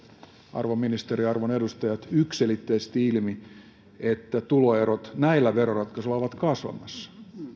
arvon ministeri arvon edustajat yksiselitteisesti ilmi että näillä veroratkaisuilla tuloerot ovat kasvamassa